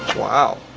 wow.